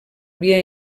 via